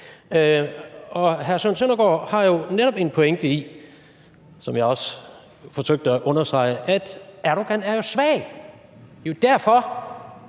Og hr. Søren Søndergaard har netop en pointe i – som jeg også forsøgte at understrege – at Erdogan jo er svag. Det er